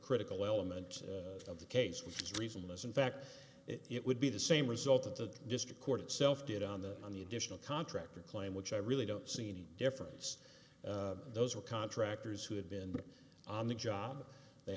critical element of the case with reason as in fact it would be the same result that the district court itself did on the on the additional contractor claim which i really don't see any difference those were contractors who had been on the job they